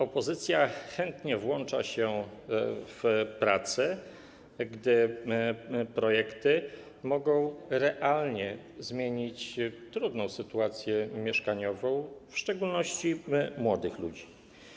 Opozycja chętnie włącza się w prace, gdy projekty mogą realnie zmienić trudną sytuację mieszkaniową, w szczególności młodych ludzi.